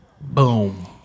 Boom